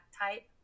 type